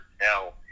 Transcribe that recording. tell